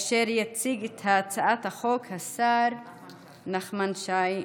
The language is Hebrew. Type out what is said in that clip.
יציג את הצעת החוק השר נחמן שי.